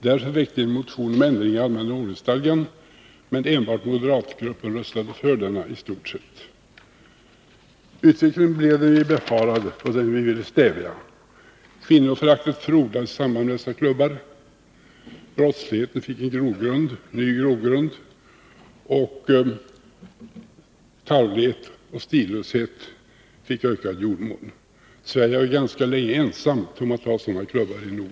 Därför väckte vi en motion om ändring i allmänna ordningsstadgan, men i stort sett enbart den moderata gruppen röstade för denna. Utvecklingen blev den vi befarade och ville stävja. Kvinnoföraktet frodades i samband med dessa klubbar, brottsligheten fick en ny grogrund, och tarvlighet och stillöshet fick ökad jordmån. Sverige var ganska länge ensamt i Norden om att ha sådana klubbar.